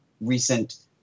recent